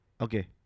Okay